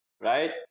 right